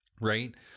Right